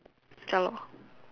ya lor